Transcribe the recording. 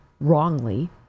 wrongly